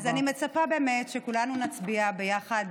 אז אני מצפה באמת שכולנו נצביע ביחד